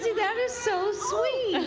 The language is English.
that is so so yeah